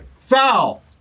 Foul